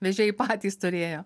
vežėjai patys turėjo